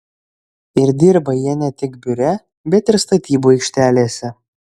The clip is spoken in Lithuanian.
ir dirba jie ne tik biure bet ir statybų aikštelėse